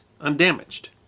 undamaged